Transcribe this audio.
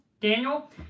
Daniel